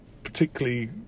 Particularly